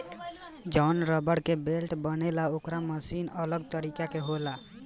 जवन रबड़ के बेल्ट बनेला ओकर मशीन अलग तरीका के होला